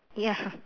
ya